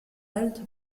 halte